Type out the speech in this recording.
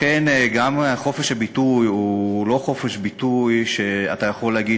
לכן גם חופש הביטוי הוא לא חופש שאתה יכול להגיד